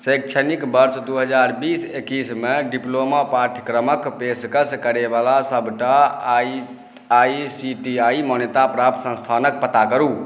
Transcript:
शैक्षणिक वर्ष दुइ हजार बीस एकैसमे डिप्लोमा पाठ्यक्रमके पेशकश करैवला सबटा आइ सी टी आइ मान्यताप्राप्त सँस्थानके पता करू